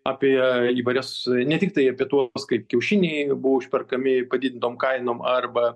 apie įvairias ne tiktai apie tuos kaip kiaušiniai buvo užperkami padidintom kainom arba